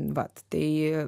vat tai